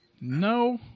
No